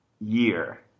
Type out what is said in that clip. year